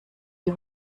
die